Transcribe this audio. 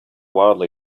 wildly